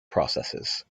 processes